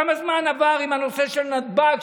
כמה זמן כבר עבר עם הנושא של נתב"ג,